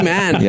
Man